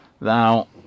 Now